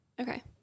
Okay